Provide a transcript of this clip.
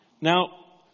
Now